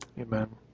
Amen